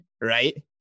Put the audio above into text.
right